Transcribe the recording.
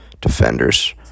defenders